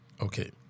Okay